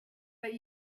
but